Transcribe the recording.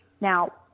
Now